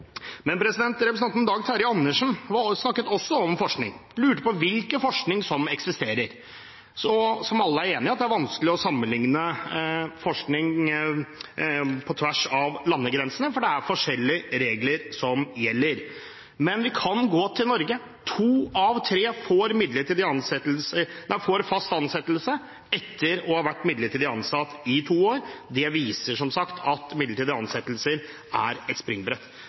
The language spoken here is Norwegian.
Men representanten Dag Terje Andersen snakket også om forskning og lurte på hvilken forskning som eksisterer. Alle er enig i at det er vanskelig å sammenligne forskning på tvers av landegrensene, fordi det er forskjellige regler som gjelder. Men vi kan gå til Norge. To av tre får fast ansettelse etter å ha vært midlertidig ansatt i to år. Det viser som sagt at midlertidige ansettelser er et